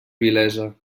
vilesa